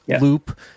loop